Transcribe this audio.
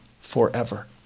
forever